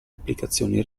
applicazioni